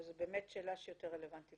אבל זו באמת שאלה שיותר רלבנטית